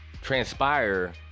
transpire